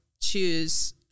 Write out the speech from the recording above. choose